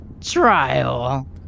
trial